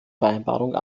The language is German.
vereinbarung